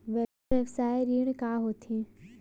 व्यवसाय ऋण का होथे?